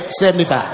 75